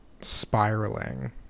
spiraling